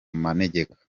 manegeka